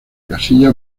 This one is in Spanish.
casilla